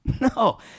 no